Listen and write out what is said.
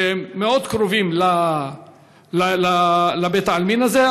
שמאוד קרובים לבית-העלמין הזה.